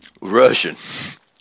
Russian